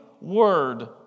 word